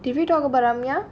have we talk about ramya